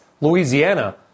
Louisiana